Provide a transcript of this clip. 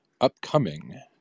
Upcoming